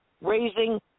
raising